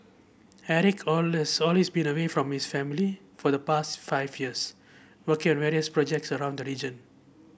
Eric been away from his family for the past five years working on various projects around the region